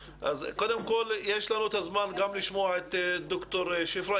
קודם כל יש לנו את הזמן גם לשמוע את ד"ר שפרה,